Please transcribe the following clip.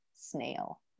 snail